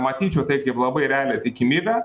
matyčiau tai kaip labai realią tikimybę